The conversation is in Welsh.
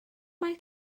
mae